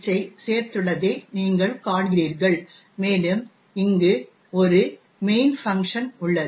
h ஐ சேர்த்துள்ளதை நீங்கள் காண்கிறீர்கள் மேலும் இங்கு ஒரு மெயினஂ ஃபஙஂகஂஷனஂ உள்ளது